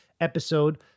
episode